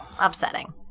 Upsetting